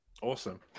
Awesome